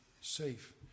safe